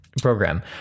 program